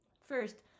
First